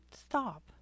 stop